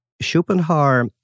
Schopenhauer